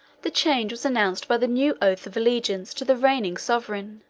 the change was announced by the new oath of allegiance to the reigning sovereign,